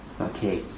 Okay